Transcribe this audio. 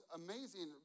amazing